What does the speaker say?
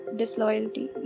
disloyalty